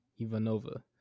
Ivanova